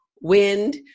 Wind